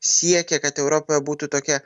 siekė kad europa būtų tokia